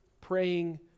praying